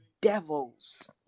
devils